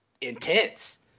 intense